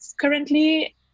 currently